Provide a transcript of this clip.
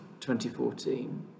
2014